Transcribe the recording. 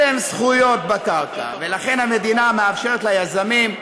אין להם זכויות בקרקע, ולכן המדינה מאפשרת ליזמים,